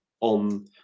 on